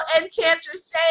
Enchantress